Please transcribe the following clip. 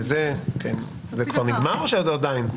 זה כבר נגמר או שעדיין?